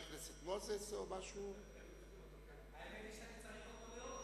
בגלל חשיבות הנושא אנחנו לא מגבילים אותך,